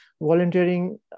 volunteering